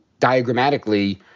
diagrammatically